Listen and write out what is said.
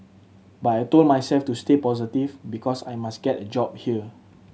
but I told myself to stay positive because I must get a job here